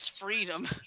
Freedom